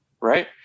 Right